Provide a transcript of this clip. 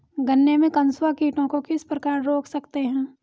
गन्ने में कंसुआ कीटों को किस प्रकार रोक सकते हैं?